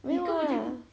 no lah